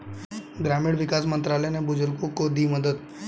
ग्रामीण विकास मंत्रालय ने बुजुर्गों को दी मदद